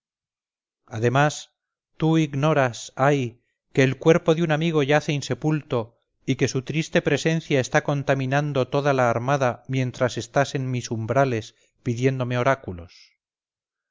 además tu ignoras ay que el cuerpo de un amigo yace insepulto y que su triste presencia está contaminando toda la armada mientras estás en mis umbrales pidiéndome oráculos